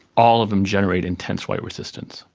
all of them generate intense white resistance.